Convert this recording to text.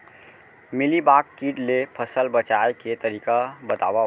Mealybug किट ले फसल बचाए के तरीका बतावव?